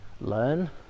learn